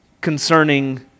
Concerning